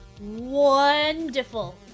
wonderful